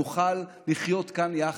נוכל לחיות כאן יחד.